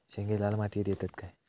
शेंगे लाल मातीयेत येतत काय?